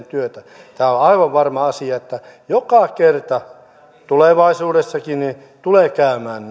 työtä tämä on aivan varma asia että joka kerta tulevaisuudessakin tulee käymään